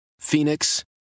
Phoenix